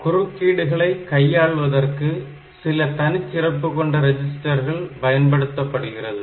குறுக்கீடுகளை கையாளுவதற்கு சில தனிச்சிறப்பு கொண்ட ரெஜிஸ்டர்கள் பயன்படுத்தப்படுகிறது